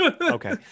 Okay